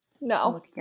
No